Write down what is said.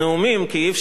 רוני ומאיר,